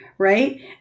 Right